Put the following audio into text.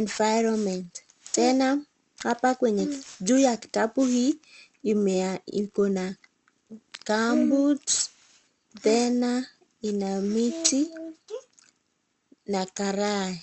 environment ,tena hapa kwenye juu ya kitabu hii ikona gumboot[c tena ina mti na karai.